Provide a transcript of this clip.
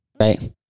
right